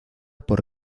por